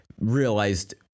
realized